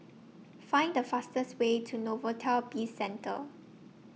Find The fastest Way to Novelty Bizcentre